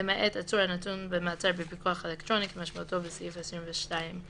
למעט עצור הנתון במעצר בפיקוח אלקטרוני כמשמעותו בסעיף 22ב,